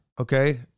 Okay